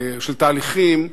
של תהליכים,